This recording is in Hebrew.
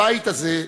הבית הזה,